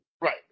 Right